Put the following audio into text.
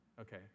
Okay